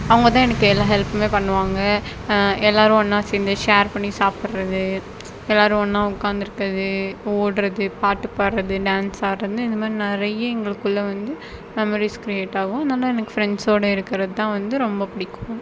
அவங்கதான் எனக்கு எல்லா ஹெல்புமே பண்ணுவாங்க எல்லாரும் ஒன்றா சேர்ந்து ஷேர் பண்ணி சாப்புடறது எல்லாரும் ஒன்றா உட்காந்துருக்கது ஓடுறது பாட்டு பாடுறது டான்ஸ் ஆடுறதுன்னு இந்த மாதிரி நிறைய எங்களுக்குள்ள வந்து மேமரீஸ் கிரியேட் ஆகும் அதனால் எனக்கு ஃப்ரெண்ட்சோடு இருக்கிறதுதான் வந்து ரொம்ப பிடிக்கும்